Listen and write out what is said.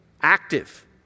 Active